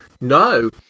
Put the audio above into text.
No